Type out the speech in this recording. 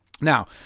Now